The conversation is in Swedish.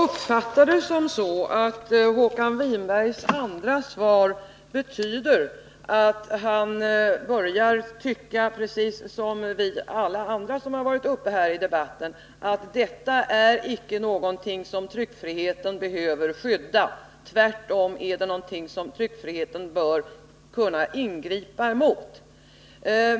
Herr talman! Jag uppfattade Håkan Winbergs andra svar så att han börjar tycka precis som alla vi andra som har varit uppe här i debatten, att detta icke är någonting som tryckfriheten behöver skydda, utan att det tvärtom är någonting som tryckfriheten bör kunna ingripa emot.